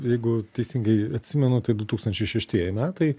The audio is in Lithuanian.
jeigu teisingai atsimenu tai du tūkstančiai šeštieji metai